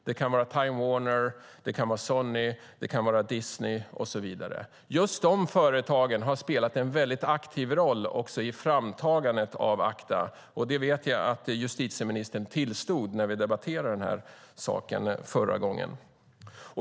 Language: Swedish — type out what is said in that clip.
Det kan vara Time Warner, det kan vara Sony, det kan vara Disney och så vidare. Just de företagen har spelat en väldigt aktiv roll också i framtagandet av ACTA, och det vet jag att justitieministern tillstod när vi debatterade den här saken förra gången.